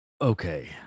okay